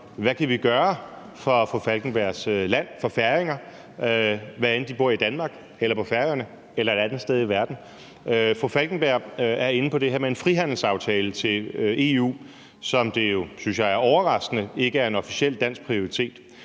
vi kan gøre for fru Anna Falkenbergs land, for færinger, hvad enten de bor i Danmark, på Færøerne eller et andet sted i verden. Fru Anna Falkenberg er inde på det her med en frihandelsaftale og EU, som jo, og det synes jeg er overraskende, ikke er en officiel dansk prioritet,